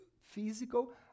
physical